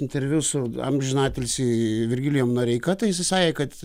interviu su amžiną atilsį virgilijumi noreika tai jisai sakė kad